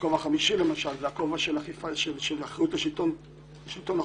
הכובע החמישי למשל זה הכובע של אחריות שלטון החוק